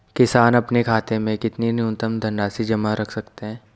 किसान अपने खाते में कितनी न्यूनतम धनराशि जमा रख सकते हैं?